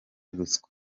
ruswa